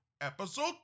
episode